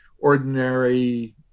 ordinary